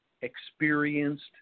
experienced